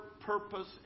purpose